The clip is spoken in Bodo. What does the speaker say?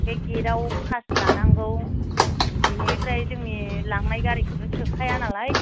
बे गेटआव पास लानांगौ बेनिफ्राय जोंनि लांनाय गारिखौथ' सोखाया नालाय